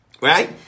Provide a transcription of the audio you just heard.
Right